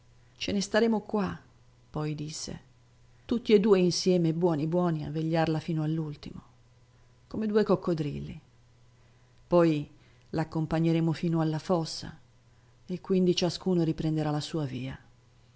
ce ne staremo qua poi disse tutti e due insieme buoni buoni a vegliarla fino all'ultimo come due coccodrilli poi la accompagneremo fino alla fossa e quindi ciascuno riprenderà la sua via